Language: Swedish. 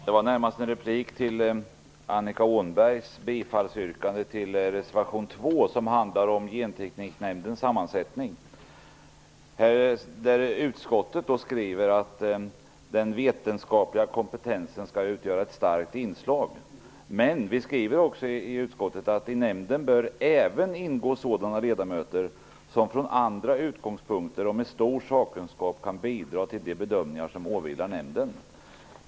Herr talman! Detta är närmast en replik till Annika Utskottet skriver att den vetenskapliga kompetensen skall utgöra ett starkt inslag. Men utskottet skriver också: ''I nämnden bör ingå även sådana ledamöter som från andra utgångspunkter och med stor sakkunskap kan bidra till de bedömningar som åvilar nämnden.''